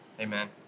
Amen